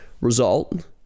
result